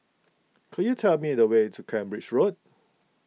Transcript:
could you tell me the way to Cambridge Road